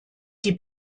die